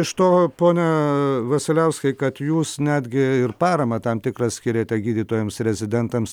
iš to pone vasiliauskai kad jūs netgi ir paramą tam tikrą skyrėte gydytojams rezidentams